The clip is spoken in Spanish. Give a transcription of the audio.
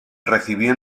recibió